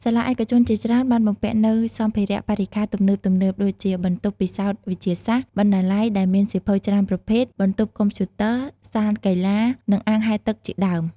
សាលាឯកជនជាច្រើនបានបំពាក់នូវ សម្ភារៈបរិក្ខារទំនើបៗ ដូចជា បន្ទប់ពិសោធន៍វិទ្យាសាស្ត្រ បណ្ណាល័យដែលមានសៀវភៅច្រើនប្រភេទ បន្ទប់កុំព្យូទ័រ សាលកីឡា និងអាងហែលទឹកជាដើម។